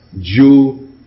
Jew